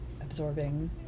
absorbing